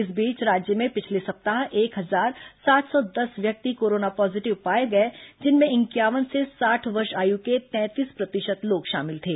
इस बीच राज्य में पिछले सप्ताह एक हजार सात सौ दस व्यक्ति कोरोना पॉजीटिव पाए गए जिनमें इंक्यावन से साठ वर्ष आयु के तैंतीस प्रतिशत लोग शामिल थे